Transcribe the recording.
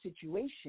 situation